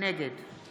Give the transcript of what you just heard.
נגד